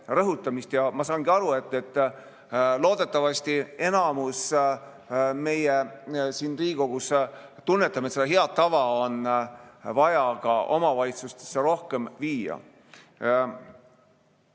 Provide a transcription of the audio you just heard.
rõhutamist. Ja ma saangi aru, et loodetavasti enamus meist siin Riigikogus tunnetab, et seda head tava on vaja ka omavalitsustesse rohkem viia.